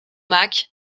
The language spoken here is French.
mac